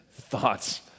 thoughts